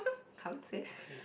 come say